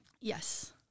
Yes